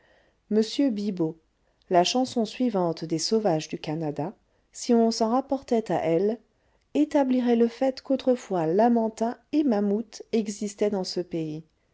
m bibaud la chanson suivante des sauvages du canada si on s'en rapportait à elle établirait le fait qu'autrefois lamantin et mammouth existaient dans ce pays